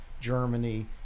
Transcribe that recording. Germany